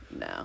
No